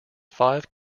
five